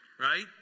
Right